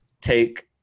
take